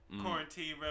Quarantine